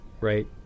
right